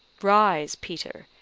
rise, peter,